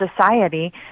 society